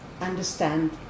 understand